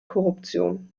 korruption